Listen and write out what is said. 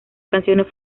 canciones